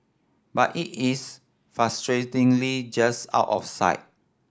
but it is frustratingly just out of sight